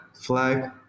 flag